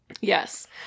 Yes